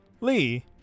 Lee